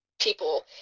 people